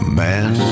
man